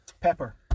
Pepper